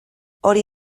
hori